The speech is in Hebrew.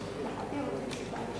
חברי חברי הכנסת,